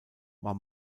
war